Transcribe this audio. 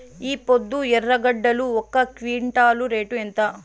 ఈపొద్దు ఎర్రగడ్డలు ఒక క్వింటాలు రేటు ఎంత?